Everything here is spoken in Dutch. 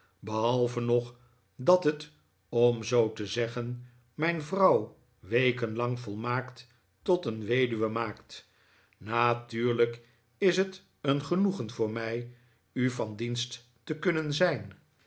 behalve nog dat het om zoo te zeggen mijn vrouw weken lang volmaakt tot een weduwe maakt natuurlijk is het een genoegen voor mij u van dienst te kunnen zijn